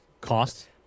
Cost